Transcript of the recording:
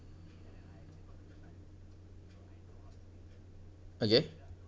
okay